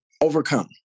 overcome